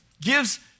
gives